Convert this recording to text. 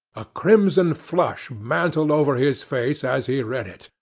a crimson flush mantled over his face as he read it,